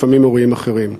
לפעמים אירועים אחרים.